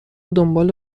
دنبال